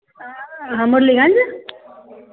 हम और ले आएंगे